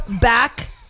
back